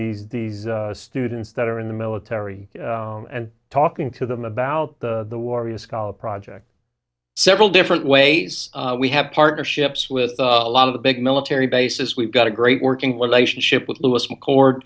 these these students that are in the military and talking to them about the warriors call a project several different ways we have partnerships with a lot of the big military bases we've got a great working relationship with louis mccord